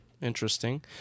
interesting